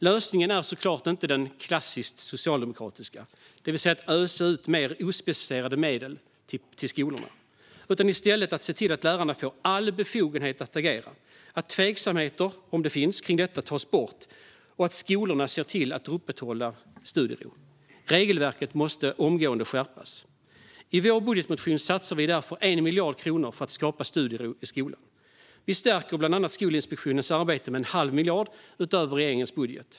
Lösningen är såklart inte den klassiskt socialdemokratiska, det vill säga att ösa ut mer ospecificerade medel till skolorna, utan i stället att se till att lärarna får all befogenhet att agera, att eventuella tveksamheter kring detta tas bort och att skolorna ser till att upprätthålla studiero. Regelverket måste omgående skärpas. I vår budgetmotion satsar vi därför 1 miljard kronor för att skapa studiero i skolan. Vi stärker bland annat Skolinspektionens arbete med en halv miljard utöver regeringens budget.